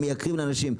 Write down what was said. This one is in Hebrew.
שבאמת מייקרים לאנשים.